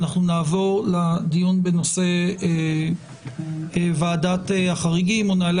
אנחנו נעבור לדיון בנושא ועדת החריגים או נהלי